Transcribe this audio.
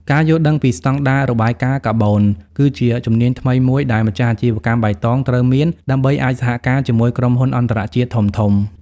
ការយល់ដឹងពី "ស្ដង់ដាររបាយការណ៍កាបូន" គឺជាជំនាញថ្មីមួយដែលម្ចាស់អាជីវកម្មបៃតងត្រូវមាន ដើម្បីអាចសហការជាមួយក្រុមហ៊ុនអន្តរជាតិធំៗ។